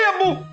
yeah me